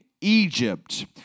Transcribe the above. Egypt